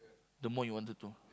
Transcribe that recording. the more you wanted to